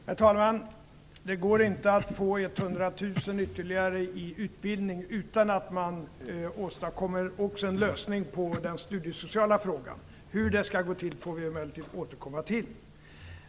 Herr talman! Det går inte att få ytterligare 100 000 människor i utbildning utan att man också åstadkommer en lösning av den studiesociala frågan. Hur det skall gå till får vi emellertid återkomma till.